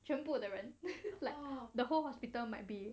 全部的人 like the whole hospital might be